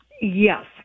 Yes